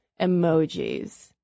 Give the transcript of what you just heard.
emojis